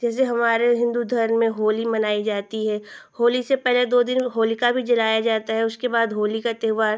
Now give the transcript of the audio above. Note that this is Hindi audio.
जैसे हमारे हिन्दू धर्म में होली मनाई जाती है होली से पहले दो दिन होलिका भी जलाई जाती है उसके बाद होली का त्योहार